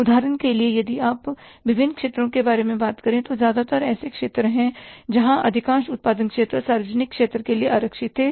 उदाहरण के लिए यदि आप विभिन्न क्षेत्रों की बात करें तो ज्यादातर ऐसे क्षेत्र हैं जहाँ अधिकांश उत्पादन क्षेत्र सार्वजनिक क्षेत्र के लिए आरक्षित थे